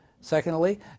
Secondly